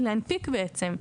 להנפיק בעצם.